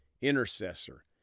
Intercessor